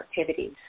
activities